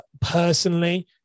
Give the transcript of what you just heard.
personally